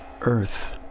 Earth